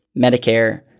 Medicare